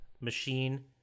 machine